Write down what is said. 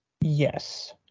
yes